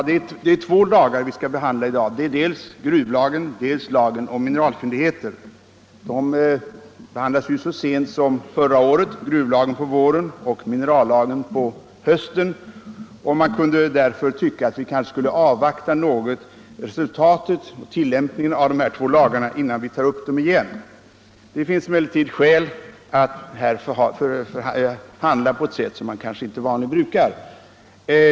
Herr talman! Två lagar skall behandlas i dag, dels gruvlagen, dels minerallagen. De behandlades så sent som förra året, gruvlagen på våren och minerallagen på hösten. Man kunde därför tycka att vi kanske skulle avvakta resultatet och tillämpningen av de här två lagarna innan vi tar upp dem igen. Det finns emellertid skäl för att här handla på ett sätt som man kanske vanligen inte brukar.